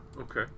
Okay